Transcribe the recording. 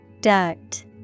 Duct